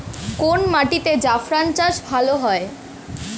কোন মাটিতে জাফরান চাষ ভালো হয়?